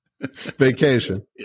Vacation